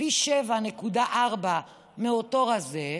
פי 7.4 מאותו רזה.